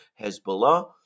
Hezbollah